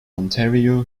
ontario